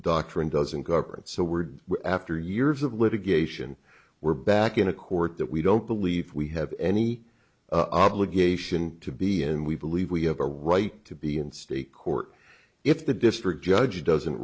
doctrine doesn't govern so we're after years of litigation we're back in a court that we don't believe we have any of legation to be and we believe we have a right to be in state court if the district judge doesn't